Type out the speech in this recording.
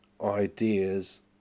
ideas